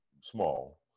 small